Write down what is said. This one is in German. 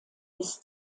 des